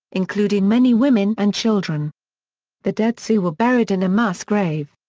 including many women and children the dead sioux were buried in a mass grave.